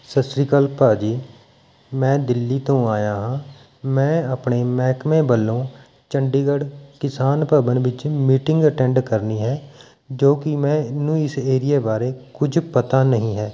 ਸਤਿ ਸ਼੍ਰੀ ਅਕਾਲ ਭਾਅ ਜੀ ਮੈਂ ਦਿੱਲੀ ਤੋਂ ਆਇਆ ਹਾਂ ਮੈਂ ਆਪਣੇ ਮਹਿਕਮੇ ਵੱਲੋਂ ਚੰਡੀਗੜ੍ਹ ਕਿਸਾਨ ਭਵਨ ਵਿੱਚ ਮੀਟਿੰਗ ਅਟੈਂਡ ਕਰਨੀ ਹੈ ਜੋ ਕਿ ਮੈਂਨੂੰ ਇਸ ਏਰੀਏ ਬਾਰੇ ਕੁੱਝ ਪਤਾ ਨਹੀਂ ਹੈ